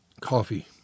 Coffee